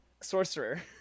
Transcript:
Sorcerer